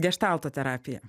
geštalto terapija